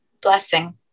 Blessing